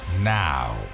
now